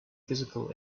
physical